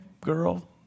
girl